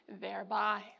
thereby